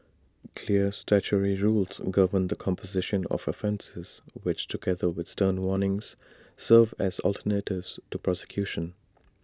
clear statutory rules govern the composition of offences which together with stern warnings serve as alternatives to prosecution